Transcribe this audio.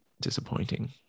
disappointing